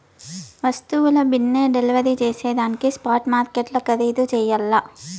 వస్తువుల బిన్నే డెలివరీ జేసేదానికి స్పాట్ మార్కెట్లు ఖరీధు చెయ్యల్ల